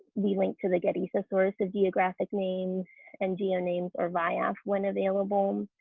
we link to the getty thesaurus of geographic names and geonames or viaf when available. um